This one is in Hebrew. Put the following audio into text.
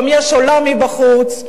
גם יש עולם מבחוץ,